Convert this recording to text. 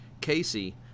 Casey